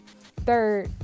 Third